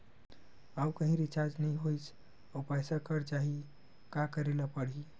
आऊ कहीं रिचार्ज नई होइस आऊ पईसा कत जहीं का करेला पढाही?